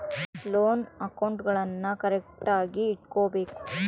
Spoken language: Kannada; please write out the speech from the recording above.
ಲೋನ್ ಅಕೌಂಟ್ಗುಳ್ನೂ ಕರೆಕ್ಟ್ಆಗಿ ಇಟಗಬೇಕು